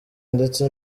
ndetse